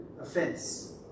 offense